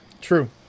true